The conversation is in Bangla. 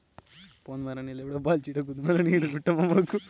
সরকার থেকে চালানো ইউনিয়ন ব্যাঙ্ক গটে পাবলিক ব্যাঙ্ক